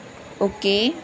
okay